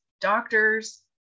doctors